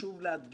לפחות בזה